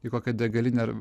į kokią degalinę ar